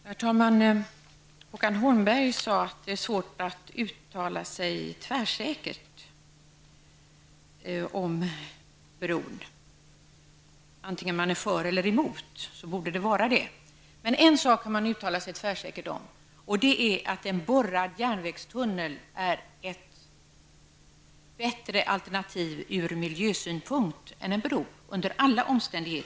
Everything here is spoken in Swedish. Herr talman! Håkan Holmberg sade att det är svårt att uttala sig tvärsäkert om bron. Vare sig man är för eller mot den borde det vara så. Men en sak kan man uttala sig tvärsäkert om, och det är att en borrad järnvägstunnel är ett bättre alternativ från miljösynpunkt än en bro under alla omständigheter.